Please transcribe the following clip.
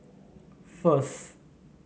first